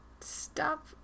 Stop